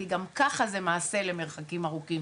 כי גם ככה זה מעשה למרחקים ארוכים.